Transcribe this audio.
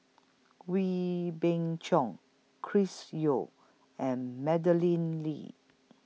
Wee Beng Chong Chris Yeo and Madeleine Lee